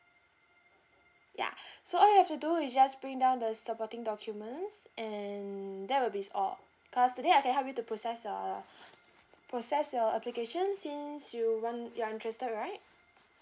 ya so all you have to do is just bring down the supporting documents and that will be s~ all cause today I can help you to process uh process your application since you want you are interested right